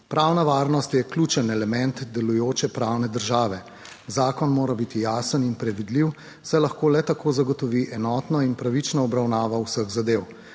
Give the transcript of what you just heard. Pravna varnost je ključen element delujoče pravne države. Zakon mora biti jasen in predvidljiv, saj lahko le tako zagotovi enotno in pravično obravnavo vseh zadev.